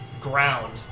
Ground